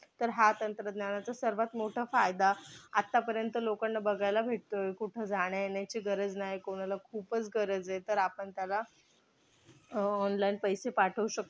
तर हा तंत्रज्ञानाचा सर्वात मोठा फायदा आत्तापर्यंत लोकांना बघायला भेटतोय कुठं जाण्यायेण्याची गरज नाय कोणाला खूपच गरज आहे तर आपण त्याला ऑनलाईन पैसे पाठवू शकतो